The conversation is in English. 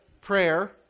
prayer